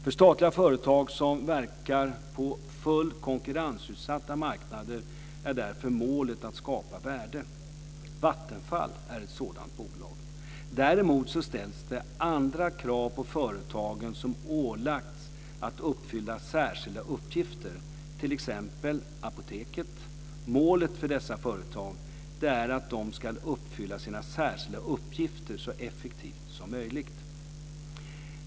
För statliga företag som verkar på fullt konkurrensutsatta marknader är därför målet att skapa värde. Vattenfall är ett sådant bolag. Däremot ställs det andra krav på företagen som ålagts att uppfylla särskilda uppgifter, t.ex. Apoteket. Målet för dessa företag är att de ska uppfylla sina särskilda uppgifter så effektivt som möjligt.